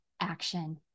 action